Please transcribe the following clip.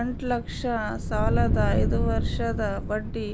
ಎಂಟ ಲಕ್ಷ ಸಾಲದ ಐದು ವರ್ಷದ ಬಡ್ಡಿ